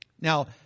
now